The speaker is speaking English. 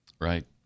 Right